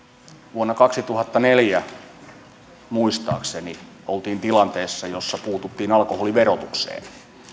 vuonna kaksituhattaneljä muistaakseni oltiin tilanteessa jossa puututtiin alkoholiverotukseen